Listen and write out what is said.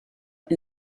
and